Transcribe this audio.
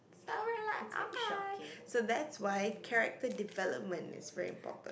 so relax okay so that's why character development is very important